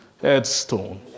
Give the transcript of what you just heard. headstone